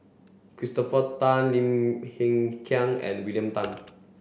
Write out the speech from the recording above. Christopher Tan Lim Hng Kiang and William Tan